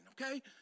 okay